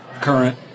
current